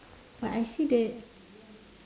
but I see the